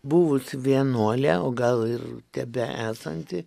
buvusi vienuolė o gal ir tebeesanti